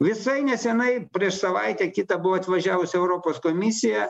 visai nesenai prieš savaitę kitą buvo atvažiavus europos komisija